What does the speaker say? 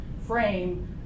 frame